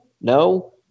No